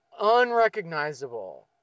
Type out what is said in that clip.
unrecognizable